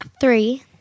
Three